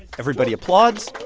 everybody applauds